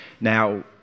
Now